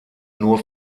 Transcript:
nur